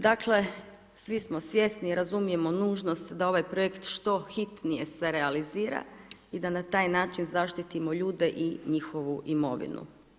Dakle, svi smo svjesni i razumijemo nužnost da ovaj projekt što hitnije se realizira i da na taj način zaštitimo ljude i njihovu imovinu.